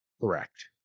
Correct